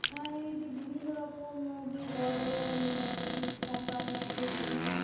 হ্যাঁ এই যে বিভিন্ন রকম যে বড় বড় কোম্পানি আছে বিভিন্ন